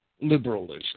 liberalism